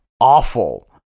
awful